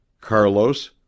Carlos